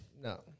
No